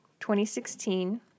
2016